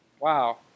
wow